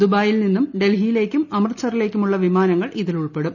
ദുബായിൽ നിന്നും ഡൽഹിയിലേക്കും അമൃത്സർലേക്കുമുള്ള വിമാനങ്ങൾ ഇതിൽ ഉൾപ്പെടും